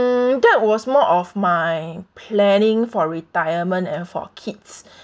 mm that was more of my planning for retirement and for kids